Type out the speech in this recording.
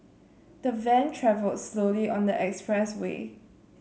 the van travelled slowly on the expressway